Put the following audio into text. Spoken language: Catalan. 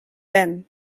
ven